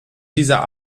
dieser